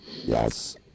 yes